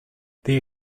their